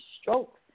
strokes